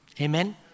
Amen